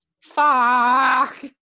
Fuck